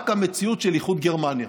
רק המציאות של איחוד גרמניה.